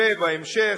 ובהמשך,